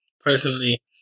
personally